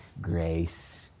grace